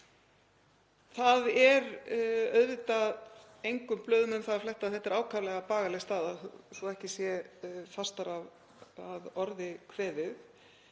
Það er auðvitað engum blöðum um það að fletta að þetta er ákaflega bagaleg staða, svo ekki sé fastar að orði kveðið,